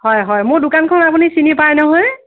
হয় হয় মোৰ দোকানখন আপুনি চিনি পায় নহয়